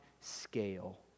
scale